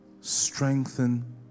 Strengthen